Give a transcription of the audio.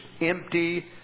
empty